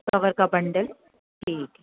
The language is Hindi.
कवर का बंडल जी